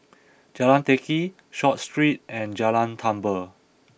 Jalan Teck Kee Short Street and Jalan Tambur